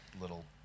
little